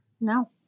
No